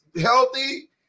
healthy